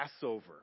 Passover